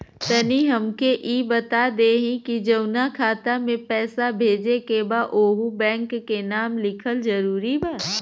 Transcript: तनि हमके ई बता देही की जऊना खाता मे पैसा भेजे के बा ओहुँ बैंक के नाम लिखल जरूरी बा?